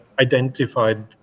identified